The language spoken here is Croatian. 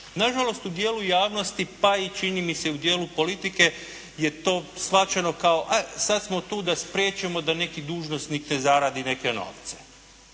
Nažalost, u dijelu javnosti, pa i čini mi se u dijelu politike je to shvaćeno kao, ajde sad smo tu da spriječimo da neki dužnosnik ne zaradi neke novce.